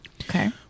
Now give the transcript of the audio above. Okay